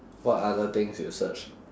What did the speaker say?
what other things you search